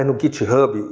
and github